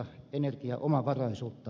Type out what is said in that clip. arvoisa puhemies